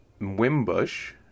Wimbush